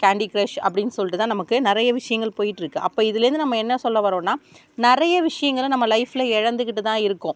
candy Crush அப்படின்னு சொல்லிவிட்டு தான் நமக்கு நிறைய விஷயங்கள் போயிட்டுருக்குது அப்போ இதிலிருந்து நம்ம என்ன சொல்ல வரோன்னால் நிறைய விஷயங்களை நம்ம லைஃபில் இழந்துக்கிட்டு தான் இருக்கோம்